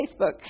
Facebook